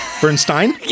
bernstein